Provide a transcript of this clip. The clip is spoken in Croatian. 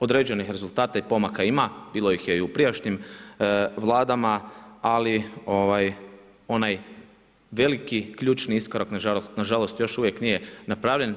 Određenih rezultata i pomaka ima, bilo ih je i u prijašnjim Vladama ali onaj veliki, ključni iskorak nažalost još uvijek nije napravljen.